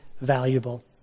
valuable